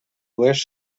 oest